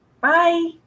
Bye